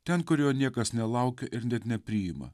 ten kur jo niekas nelaukia ir net nepriima